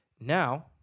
Now